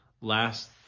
last